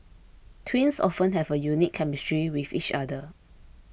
twins often have a unique chemistry with each other